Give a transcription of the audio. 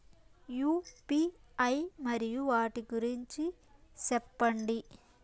UPI మరియు వాటి గురించి సెప్పండి?